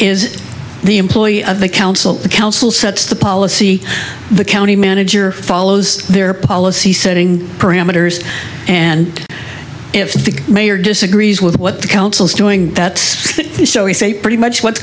is the employee of the council the council sets the policy the county manager follows their policy setting parameters and if the mayor disagrees with what the council is doing that we say pretty much what's